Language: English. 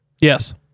Yes